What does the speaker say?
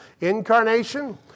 incarnation